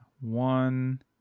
one